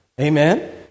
Amen